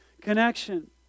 connection